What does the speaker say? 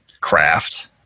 craft